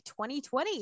2020